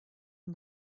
and